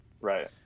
Right